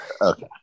Okay